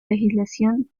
legislación